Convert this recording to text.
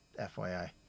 FYI